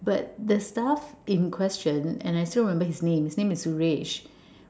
but the staff in question and I still remember his name his name is